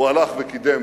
הוא הלך וקידם,